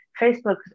Facebook